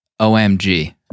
OMG